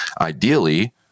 ideally